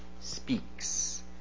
speaks